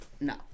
no